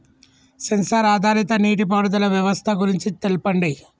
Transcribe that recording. Censor ఆధారిత నీటిపారుదల వ్యవస్థ గురించి తెల్పండి?